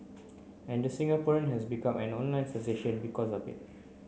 and the Singaporean has become an online sensation because of it